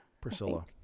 Priscilla